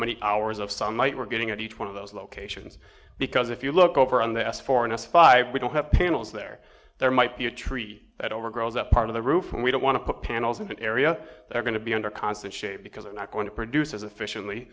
many hours of sunlight we're getting at each one of those locations because if you look over on the s four and five we don't have panels there there might be a treat that overgrow that part of the roof and we don't want to put panels in that area they're going to be under constant shape because they're not going to produce as efficiently